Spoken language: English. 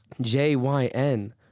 J-Y-N